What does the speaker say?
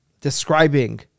describing